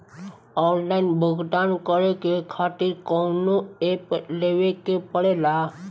Online भुगतान करके के खातिर कौनो ऐप लेवेके पड़ेला?